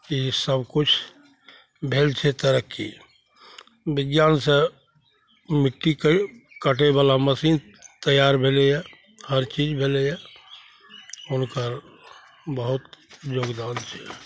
ई सबकिछु भेल छै तरक्की विज्ञानसे मिट्टीके काटैवला मशीन तैआर भेलै यऽ हर चीज भेलै यऽ हुनकर बहुत योगदान छै